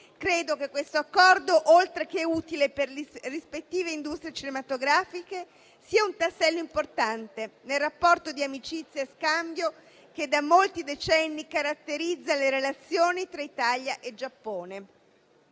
Credo che questo Accordo, oltre che utile per le rispettive industrie cinematografiche, sia un tassello importante nel rapporto di amicizia e scambio che da molti decenni caratterizza le relazioni tra Italia e Giappone.